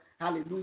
Hallelujah